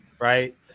right